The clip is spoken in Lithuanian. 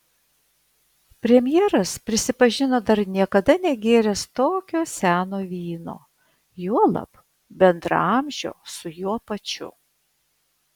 premjeras prisipažino dar niekada negėręs tokio seno vyno juolab bendraamžio su juo pačiu